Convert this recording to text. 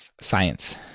science